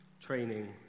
training